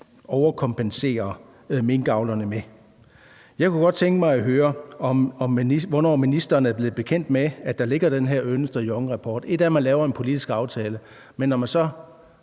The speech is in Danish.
overkompenserer minkavlerne med. Jeg kunne godt tænke mig at høre, hvornår ministeren er blevet bekendt med, at der ligger den her Ernst & Young-rapport. Et er, at man laver en politisk aftale, men når man så